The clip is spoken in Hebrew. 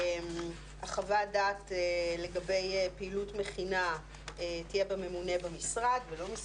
חוות הדעת לגבי פעילות מכינה תהיה בממונה במשרד ולא,